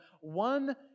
one